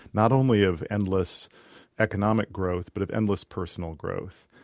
not only of endless economic growth but of endless personal growth.